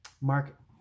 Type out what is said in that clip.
Mark